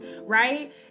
right